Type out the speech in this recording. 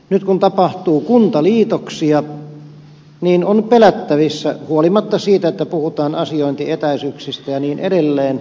nyt kun tapahtuu kuntaliitoksia niin on pelättävissä huolimatta siitä että puhutaan asiointietäisyyksistä ja niin edelleen